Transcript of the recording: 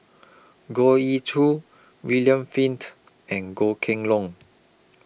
Goh Ee Choo William Flint and Goh Kheng Long